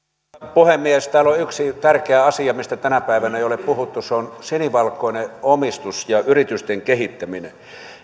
puhemies täällä on yksi tärkeä asia mistä tänä päivänä ei ole puhuttu se on sinivalkoinen omistus ja yritysten kehittäminen